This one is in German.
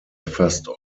fast